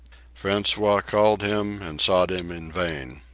francois called him and sought him in vain.